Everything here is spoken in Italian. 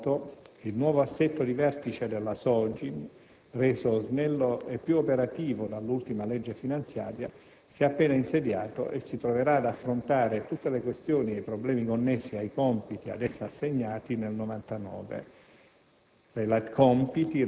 Tra l'altro, come è noto, il nuovo assetto di vertice della SOGIN, reso snello e più operativo dall'ultima legge finanziaria, si è appena insediato e si troverà ad affrontare tutte le questioni e i problemi connessi ai compiti ad essa assegnati nel 1999,